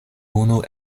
unu